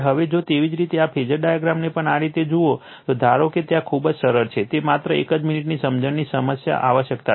હવે જો તેવી જ રીતે આ ફેઝર ડાયાગ્રામને પણ આ રીતે જુઓ તો ધારો કે ત્યાં ખૂબ જ સરળ છે તે માત્ર એક જ મિનિટની સમજણની સમાન આવશ્યકતા છે